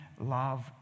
love